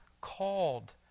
called